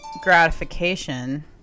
gratification